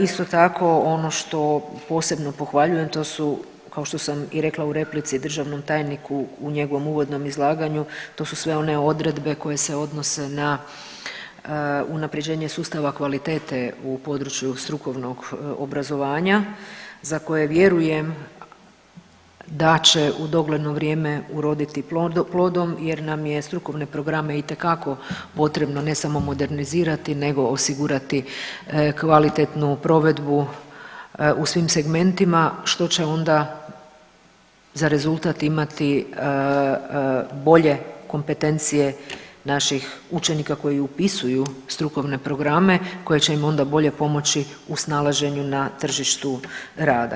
Isto tako, ono što posebno pohvaljujem to su kao što sam i rekla u replici državnom tajniku, u njegovom uvodnom izlaganju, to su sve one odredbe koje se odnose na unapređenje sustava kvalitete u području strukovnog obrazovanja za koje vjerujem da će u dogledno vrijeme uroditi plodom jer nam je strukovne programe itekako potrebno ne samo modernizirati nego osigurati kvalitetnu provedbu u svim segmentima što će onda za rezultat imati bolje kompetencije naših učenika koji upisuju strukovne programe koje će im onda bolje pomoći u snalaženju na tržištu rada.